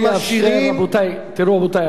תראו, רבותי, סדר-היום נמשך.